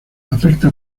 afecta